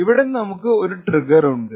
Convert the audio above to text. ഇവിടെ നമുക്ക് ഒരു ട്രിഗർ ഉണ്ട്